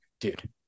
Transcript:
dude